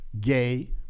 gay